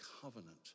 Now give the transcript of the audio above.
covenant